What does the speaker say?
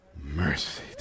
mercy